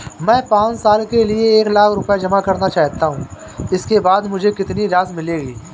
मैं पाँच साल के लिए एक लाख रूपए जमा करना चाहता हूँ इसके बाद मुझे कितनी राशि मिलेगी?